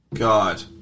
God